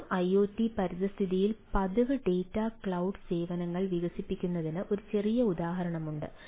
അതിനാൽ ഒരു ഐഒടി പരിതസ്ഥിതിയിൽ പതിവ് ഡാറ്റ ക്ലൌഡ് സേവനങ്ങൾ വികസിപ്പിക്കുന്നതിന് ഒരു ചെറിയ ഉദാഹരണമുണ്ട്